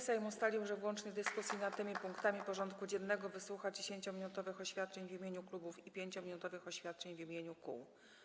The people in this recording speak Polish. Sejm ustalił, że w łącznej dyskusji nad tymi punktami porządku dziennego wysłucha 10-minutowych oświadczeń w imieniu klubów i 5-minutowych oświadczeń w imieniu kół.